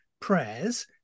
prayers